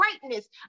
greatness